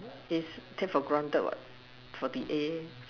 is take for granted what for the A